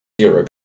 zero